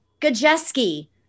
Gajeski